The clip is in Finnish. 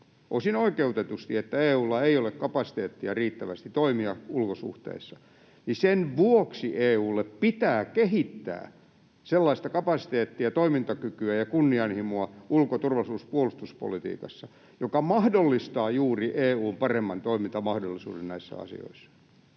osin oikeutetusti, että EU:lla ei ole kapasiteettia riittävästi toimia ulkosuhteissa, niin sen vuoksi EU:lle pitää kehittää sellaista kapasiteettia, toimintakykyä ja kunnianhimoa ulko‑, turvallisuus- ja puolustuspolitiikassa, joka juuri mahdollistaa EU:n paremman toimintamahdollisuuden näissä asioissa.